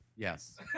Yes